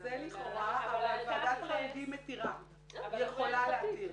זה לכאורה, אבל תכל'ס יכולה להתיר.